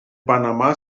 panamá